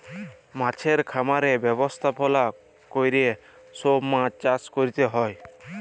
মাছের খামারের ব্যবস্থাপলা ক্যরে সব মাছ চাষ ক্যরতে হ্যয়